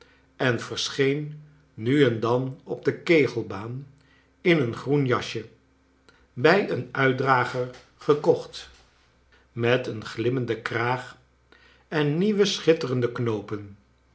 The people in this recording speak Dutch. en verscheen nu en dan op de kegelbaan in een groen jasje bij een uitdrager gekocht met een glimmenden kraag en nieuwe schitterende knoopen